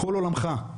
כל עולמך,